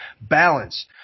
balance